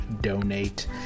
donate